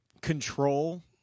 control